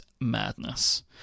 madness